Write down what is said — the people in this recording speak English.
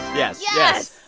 yes yes